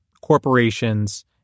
corporations